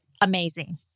amazing